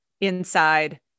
inside